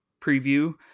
preview